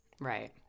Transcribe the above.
Right